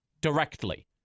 directly